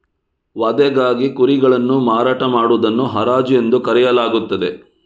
ವಧೆಗಾಗಿ ಕುರಿಗಳನ್ನು ಮಾರಾಟ ಮಾಡುವುದನ್ನು ಹರಾಜು ಎಂದು ಕರೆಯಲಾಗುತ್ತದೆ